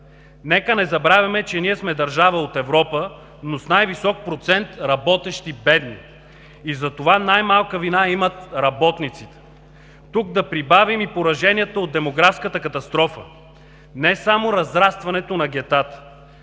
Нека не забравяме, че ние сме държава от Европа, но с най-висок процент работещи бедни. И затова най-малка вина имат работниците. Тук да прибавим и пораженията от демографската катастрофа, не само разрастването на гетата,